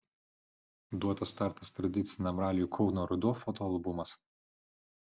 duotas startas tradiciniam raliui kauno ruduo fotoalbumas